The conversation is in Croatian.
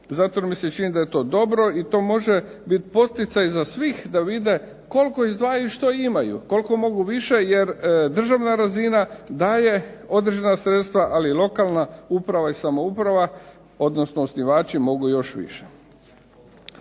jer mi se čini da je to dobro i to može biti poticaj za svih da vide koliko izdvajaju i što imaju, koliko mogu više jer državna razina daje određena sredstva, ali lokalna uprava i samouprava, odnosno osnivači mogu još više.